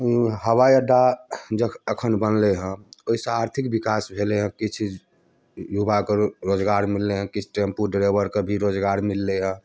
हवाइ अड्डा अखन बनले है ओहि सऽ आर्थिक विकास भेलै है किछु युवाके रोजगार मिललै है किछु टेम्पू ड्राइभरके भी रोजगार मिलले है